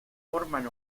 forman